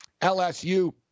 LSU